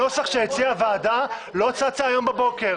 הנוסח שהציעה הוועדה לא צץ היום בבוקר.